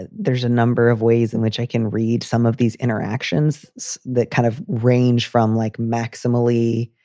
ah there's a number of ways in which i can read some of these interactions that kind of ranged from like maximally